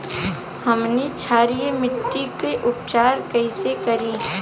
हमनी क्षारीय मिट्टी क उपचार कइसे करी?